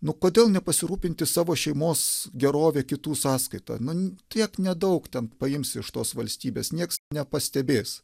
nu kodėl nepasirūpinti savo šeimos gerove kitų sąskaita nu tiek nedaug ten paims iš tos valstybės nieks nepastebės